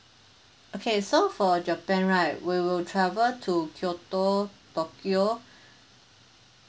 okay so for japan right we will travel to kyoto tokyo